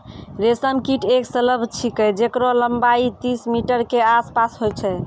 रेशम कीट एक सलभ छिकै जेकरो लम्बाई तीस मीटर के आसपास होय छै